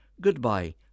Goodbye